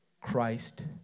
Christ